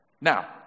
now